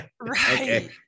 Right